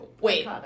Wait